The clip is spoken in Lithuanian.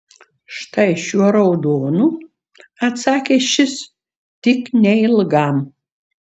štai šiuo raudonu atsakė šis tik neilgam